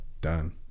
done